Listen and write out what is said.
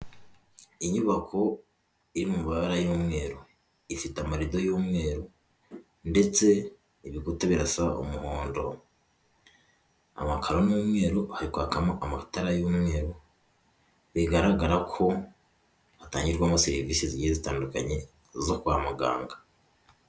Inyubako iridwa y'umweru ifite amarido y'umweru ndetse ibikuta, birasa umuhondo amakararo ni umweru kwakamo amavutara y'umweru bigaragara ko hatangirwamo serivisi zigiye zitandukanye zo kwa muganga.